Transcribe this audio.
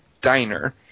Diner